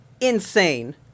Insane